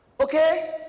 okay